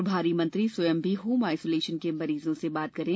प्रभारी मंत्री स्वयं भी होम आयसोलेशन के मरीजों से बात करें